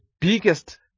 biggest